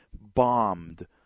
bombed